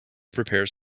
prepares